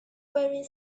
wearing